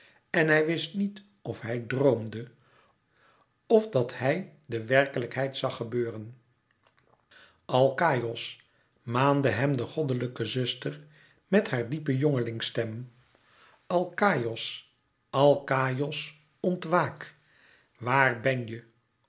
en hij wist niet of hij droomde of dat hij de werkelijkheid zag gebeuren alkaïos maande hem de goddelijke zuster met haar diepe jongelingstem alkaïos alkaïos ontwaak waar ben je